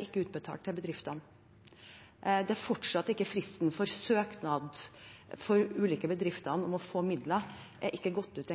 ikke er utbetalt til bedriftene. Fortsatt har ikke engang søknadsfristen for ulike bedrifter om å få midler gått ut.